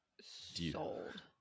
sold